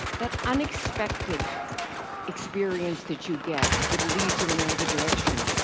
that unexpected experience that you get, that leads you in another direction,